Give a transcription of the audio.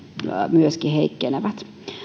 myöskin heikkenevät